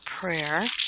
prayer